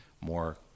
more